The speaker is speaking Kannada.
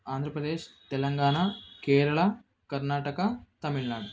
ಆಂಧ್ರ ಪ್ರದೇಶ ತೆಲಂಗಾಣ ಕೇರಳ ಕರ್ನಾಟಕ ತಮಿಳುನಾಡು